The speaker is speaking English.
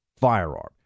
firearm